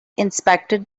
inspected